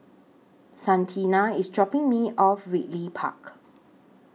Santina IS dropping Me off Ridley Park